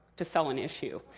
to sell an issue.